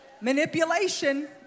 Manipulation